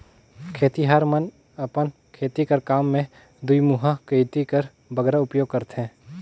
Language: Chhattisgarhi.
खेतिहर मन अपन खेती कर काम मे दुईमुहा गइती कर बगरा उपियोग करथे